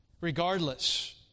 regardless